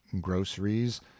groceries